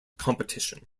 competition